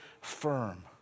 firm